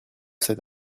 cet